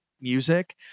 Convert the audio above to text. music